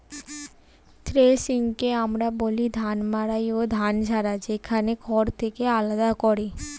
থ্রেশিংকে আমরা বলি ধান মাড়াই ও ধান ঝাড়া, যেখানে খড় থেকে আলাদা করে